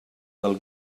del